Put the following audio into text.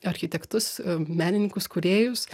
architektus menininkus kūrėjus